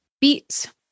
beets